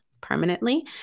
permanently